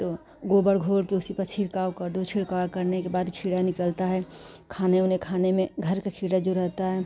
तो गोबर घोर कर उसी पर छिड़काव कर दे छिड़काव करने के बाद खीरा निकलता है खाना वना खाने में घर का खीरा जो रहता है